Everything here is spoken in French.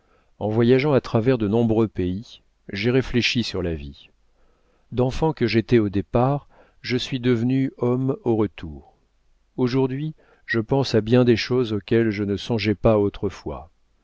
en voyageant à travers de nombreux pays j'ai réfléchi sur la vie d'enfant que j'étais au départ je suis devenu homme au retour aujourd'hui je pense à bien des choses auxquelles je ne songeais pas autrefois